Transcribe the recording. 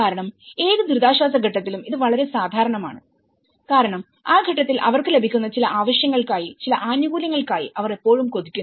കാരണം ഏത് ദുരിതാശ്വാസ ഘട്ടത്തിലും ഇത് വളരെ സാധാരണമാണ് കാരണം ആ ഘട്ടത്തിൽ അവർക്ക് ലഭിക്കുന്ന ചില ആവശ്യങ്ങൾക്കായി ചില ആനുകൂല്യങ്ങൾക്കായി അവർ എപ്പോഴും കൊതിക്കുന്നു